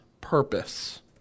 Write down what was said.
purpose